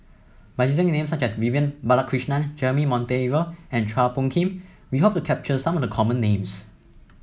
by using names such as Vivian Balakrishnan Jeremy Monteiro and Chua Phung Kim we hope to capture some of the common names